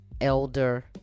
Elder